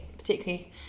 particularly